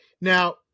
Now